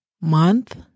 month